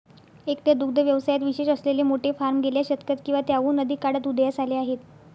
एकट्या दुग्ध व्यवसायात विशेष असलेले मोठे फार्म गेल्या शतकात किंवा त्याहून अधिक काळात उदयास आले आहेत